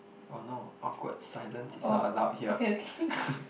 oh no awkward silence is not allowed here